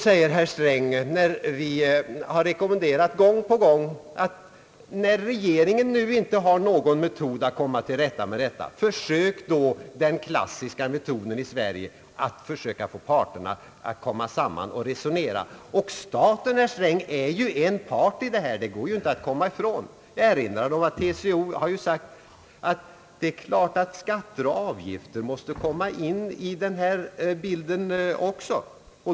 När regeringen nu inte har någon metod att komma till rätta med detta, har vi gång på gång rekommenderat ett försök med den klassiska metoden i Sverige: att försöka få parterna att komma samman och resonera. Staten, herr Sträng, är ju en part i målet, det kan man inte komma ifrån. Jag vill erinra om att TCO har sagt, att det är klart att skatter och avgifter också måste komma in i bilden.